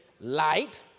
light